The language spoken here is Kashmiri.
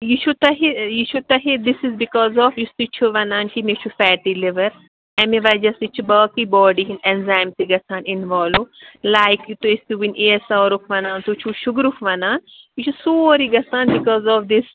یہِ چھُ تۄہہِ یہِ چھُ تۄہہِ دِس اِز بِکاز آف یُس تُہۍ چھُ وَنان کہِ مےٚ چھُ فیٹی لِوَر اَمہِ وجہ سۭتۍ چھِ باقٕے باڈی ہٕنٛدۍ اٮ۪نزام تہِ گژھان اِنوالو لایِک یہِ تُہۍ ٲسِو وُنۍ اے ایس آرُک وَنان تُہۍ چھُو شُگرُک وَنان یہِ چھُ سورُے گَژھان بِکاز آف دِس